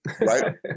right